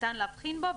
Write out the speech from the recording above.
שניתן להבחין בו,